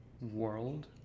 world